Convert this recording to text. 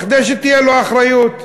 כדי שתהיה לו אחריות.